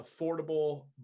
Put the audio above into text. affordable